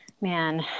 man